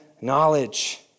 knowledge